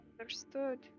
Understood